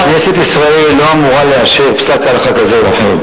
כנסת ישראל לא אמורה לאשר פסק הלכה כזה או אחר.